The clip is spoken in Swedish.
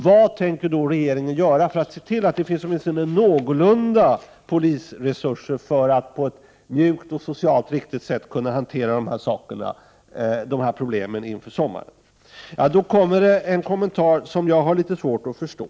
Vad tänker regeringen göra för att se till att det åtminstone finns några polisresurser för att på ett mjukt och socialt riktigt sätt kunna hantera problemen inför sommaren? Det kommer då en kommentar som jag har litet svårt att förstå.